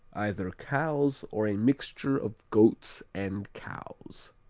either cow's or a mixture of goat's and cow's.